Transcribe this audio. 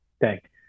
Thanks